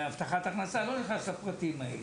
אבטחת הכנסה אני לא נכנס לפרטים האלה.